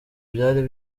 byari